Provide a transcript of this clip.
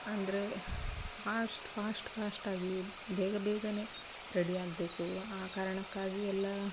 ಅಂದರೆ fast fast ಫಾಸ್ಟಾಗಿ ಬೇಗ ಬೇಗನೇ ರೆಡಿ ಆಗಬೇಕು ಆ ಕಾರಣಕ್ಕಾಗಿ ಎಲ್ಲ